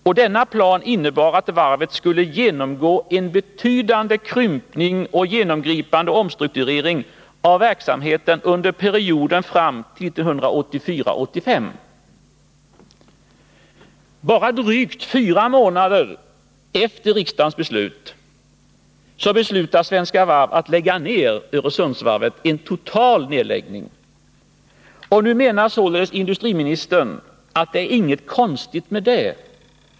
Och denna plan innebar att varvet skulle undergå en betydande krympning och en genomgripande omstrukturering av verksamheten under perioden fram till Bara drygt fyra månader efter riksdagens ställningstagande beslutar Svenska Varv att lägga ner Öresundsvarvet — en total nedläggning. Nu menar således industriministern att det inte är något konstigt med detta.